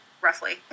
roughly